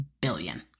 billion